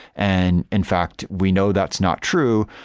and in fact, we know that's not true.